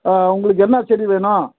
ஆ உங்களுக்கு என்ன செடி வேணும்